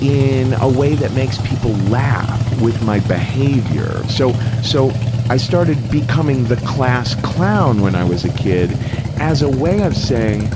in a way that makes people laugh with my behavior. so, so i started becoming the class clown when i was a kid as a way of saying,